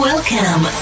Welcome